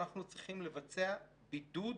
אנחנו צריכים לבצע בידוד